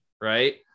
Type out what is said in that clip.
Right